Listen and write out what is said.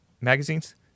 magazines